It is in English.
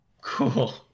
Cool